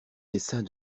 desseins